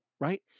right